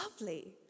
lovely